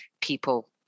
people